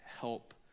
help